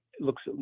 looks